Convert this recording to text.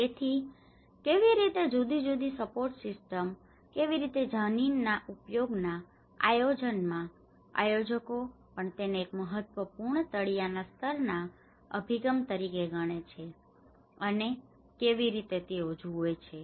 તેથી કેવી રીતે જુદી જુદી સપોર્ટ સિસ્ટમ્સ કેવી રીતે જમીન ના ઉપયોગના આયોજનમાં આયોજકો પણ તેને એક મહત્વપૂર્ણ તળિયાના સ્તરના અભિગમ તરીકે ગણે છે અને તેઓ તેને કેવી રીતે જુએ છે